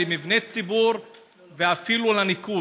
למבני ציבור ואפילו לניקוז,